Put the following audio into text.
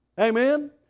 amen